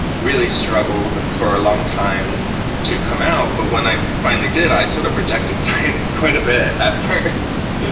really struggled for a long time to come out. but when i finally did, i sort of rejected science quite a bit at first.